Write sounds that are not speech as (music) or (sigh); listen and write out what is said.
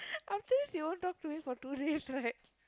(laughs) after this you won't talk to me for two days right